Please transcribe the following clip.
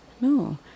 No